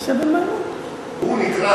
הוא נקרא